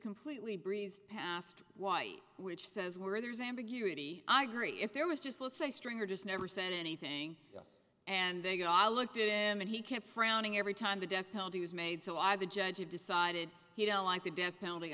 completely breezed past white which says where there's ambiguity i agree if there was just let's say stringer just never said anything else and they go i looked at him and he kept frowning every time the death penalty was made so i the judge decided he don't like the death penalty